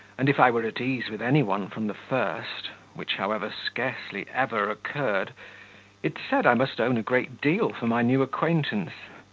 and if i were at ease with any one from the first which, however, scarcely ever occurred it said, i must own, a great deal for my new acquaintance.